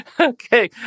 okay